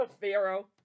Pharaoh